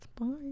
Bye